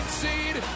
seed